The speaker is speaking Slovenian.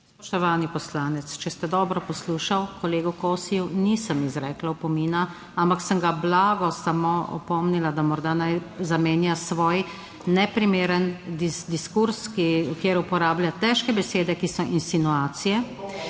Spoštovani poslanec, če ste dobro poslušali, kolegu Kosiju nisem izrekla opomina, ampak sem ga blago samo opomnila, da naj morda zamenja svoj neprimeren diskurz, kjer uporablja težke besede, ki so insinuacije.